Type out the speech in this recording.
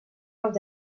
els